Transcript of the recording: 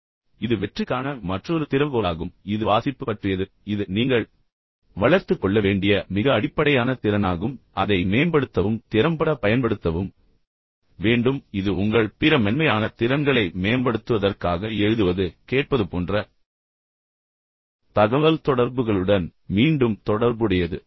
எனவே இது வெற்றிக்கான மற்றொரு திறவுகோலாகும் இது வாசிப்பு பற்றியது இது நீங்கள் வளர்த்துக் கொள்ள வேண்டிய மிக அடிப்படையான திறனாகும் பின்னர் அதை மேம்படுத்தவும் திறம்பட பயன்படுத்தவும் வேண்டும் இது உங்கள் பிற மென்மையான திறன்களை மேம்படுத்துவதற்காக எழுதுவது கேட்பது போன்ற தகவல்தொடர்புகளுடன் மீண்டும் தொடர்புடையது